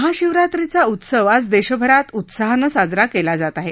महाशिवरात्रीचा उत्सव आज देशभरात उत्साहानं साजरा केला जात आहे